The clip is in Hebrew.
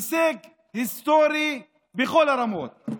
הישג היסטורי בכל הרמות.